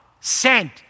sent